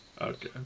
Okay